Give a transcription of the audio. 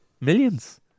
Millions